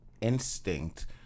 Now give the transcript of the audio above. instinct